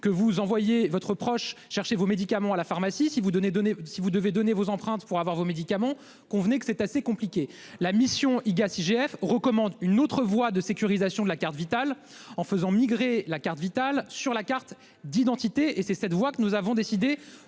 que vous envoyez votre proche chercher vos médicaments à la pharmacie. Si vous donnez donnez si vous devez donner vos empreintes pour avoir vos médicaments. Convenez que c'est assez compliqué. La mission IGAS IGF recommande une autre voie de sécurisation de la carte vitale en faisant migrer la carte vitale. Sur la carte d'identité et c'est cette voie que nous avons décidé